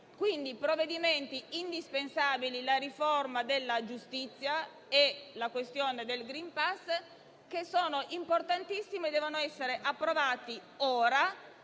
plan*. Provvedimenti indispensabili come la riforma della giustizia e la questione del *green pass*, che sono importantissimi e devono essere approvati ora,